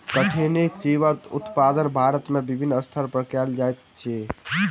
कठिनी जीवक उत्पादन भारत में विभिन्न स्तर पर कयल जाइत अछि